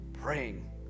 Praying